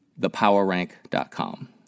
thepowerrank.com